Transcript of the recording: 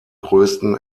größten